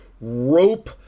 rope